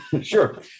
Sure